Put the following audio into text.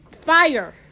Fire